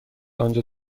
آنجا